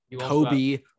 Kobe